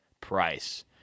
price